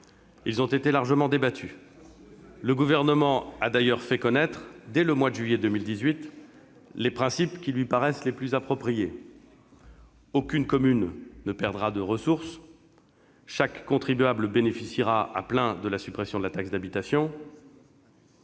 Ils ont été largement débattus. Le Gouvernement a d'ailleurs fait connaître, dès le mois de juillet 2018, les principes qui lui paraissent les plus appropriés : aucune commune ne perdra de ressources ; chaque contribuable bénéficiera, à plein, de la suppression de la taxe d'habitation